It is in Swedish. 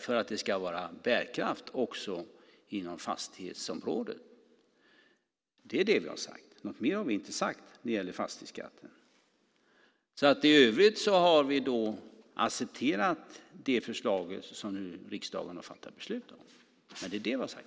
för att det också ska vara bärkraft inom fastighetsområdet. Något mer har vi inte sagt när det gäller fastighetsskatten. I övrigt har vi accepterat det förslag som riksdagen har fattat beslut om.